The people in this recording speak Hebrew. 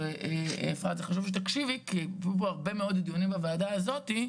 היו הרבה מאוד דיונים בוועדה הזאת,